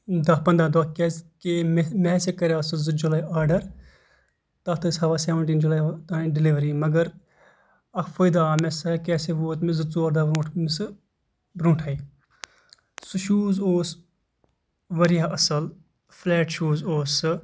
دہ پَنٛداہ دۄہ کیازِ کہِ مےٚ ہسا کَریو سُہ زٕ جُلاے آردڑ تَتھ ٲسۍ ہاوان سیونٹیٖن جُلاے تانۍ ڈیلؤری مَگر اکھ فٲیدٕ آو مےٚ سُہ کیٛاہ سا ووت مےٚ زٕ ژور دۄہ برونٛٹھ سُہ برونٛٹھے سُہ شوٗز اوس واریاہ اَصٕل فِلیٹ شوٗز اوس سُہ